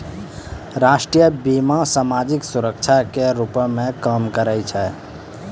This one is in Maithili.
राष्ट्रीय बीमा, समाजिक सुरक्षा के रूपो मे काम करै छै